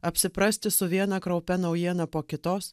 apsiprasti su viena kraupia naujiena po kitos